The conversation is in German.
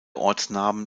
ortsnamen